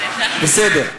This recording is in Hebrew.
בסדר,